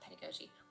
pedagogy